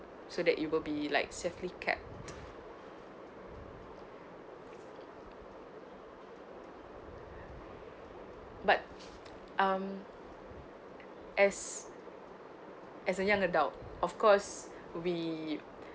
so that it would be like safely kept but um as as a young adult of course we